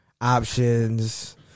Options